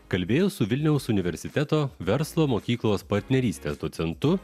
kalbėjau su vilniaus universiteto verslo mokyklos partnerystės docentu